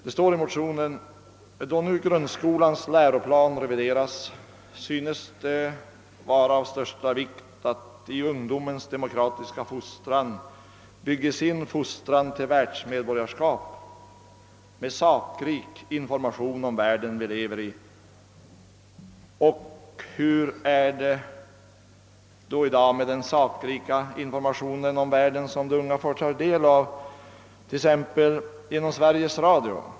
Det heter i motionerna: »Då nu grundskolans läroplan revideras, synes det vara av största vikt, att i ungdomens demokratiska fostran bygges in fostran till världsmedborgarskap med sakrik information om världen, vi lever i ———». Hur är det i dag med den sakliga information om världen som de unga får ta del av exempelvis genom Sveriges Radio?